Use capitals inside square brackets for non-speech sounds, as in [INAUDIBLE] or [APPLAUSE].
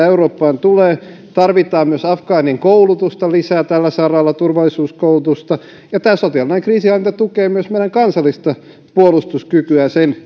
[UNINTELLIGIBLE] eurooppaan tulee tarvitaan myös afgaanien koulutusta lisää tällä saralla turvallisuuskoulutusta ja tämä sotilaallinen kriisinhallinta tukee myös meidän kansallista puolustuskykyämme sen [UNINTELLIGIBLE]